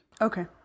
Okay